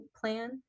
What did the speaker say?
plan